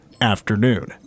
afternoon